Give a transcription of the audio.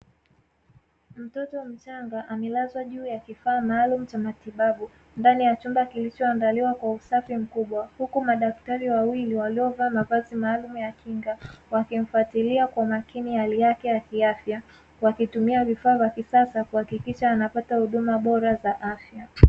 Mtoto mchanga anilazwa juu ya kifaa maalum cha matibabu ndani ya chumba kilichoandaliwa kwa usafi mkubwa, huku madaktari wawili waliovaa mavazi maalum ya kinga wakimfuatilia kwa makini hali yake ya kiafya wakitumia vifaa vya kisasa wakihakikisha anapata huduma bora za afya.